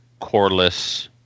cordless